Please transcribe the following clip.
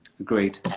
Agreed